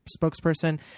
spokesperson